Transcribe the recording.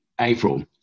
April